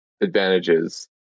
advantages